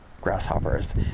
grasshoppers